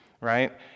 Right